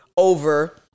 Over